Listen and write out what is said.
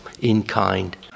in-kind